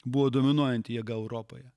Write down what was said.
buvo dominuojanti jėga europoje